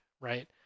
right